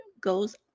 goes